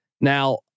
Now